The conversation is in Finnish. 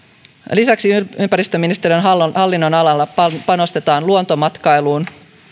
lisäksi ympäristöministeriön hallinnonalalla panostetaan luontomatkailuun